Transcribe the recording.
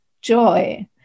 joy